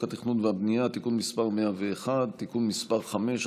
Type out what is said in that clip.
התכנון והבנייה (תיקון מס' 101) (תיקון מס' 5),